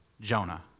Jonah